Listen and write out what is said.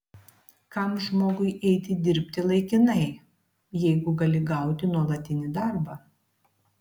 kam žmogui eiti dirbti laikinai jeigu gali gauti nuolatinį darbą